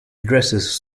dresses